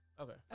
Okay